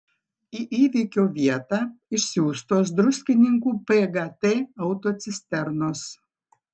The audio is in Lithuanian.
į įvykio vietą išsiųstos druskininkų pgt autocisternos